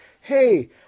hey